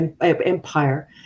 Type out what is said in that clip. empire